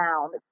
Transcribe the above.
sound